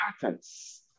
patterns